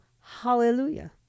hallelujah